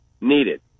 needed